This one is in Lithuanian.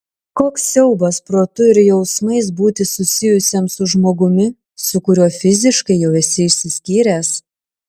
koks siaubas protu ir jausmais būti susijusiam su žmogumi su kuriuo fiziškai jau esi išsiskyręs